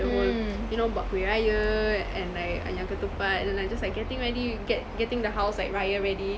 the whole you know buat kuih raya and like ayam ketupat and like just like getting already get~ getting the house like raya ready